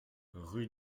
rue